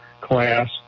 class